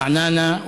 רעננה,